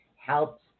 helps